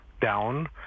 down